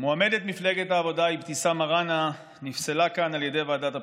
מועמדת מפלגת העבודה אבתיסאם מראענה נפסלה כאן על ידי ועדת הבחירות.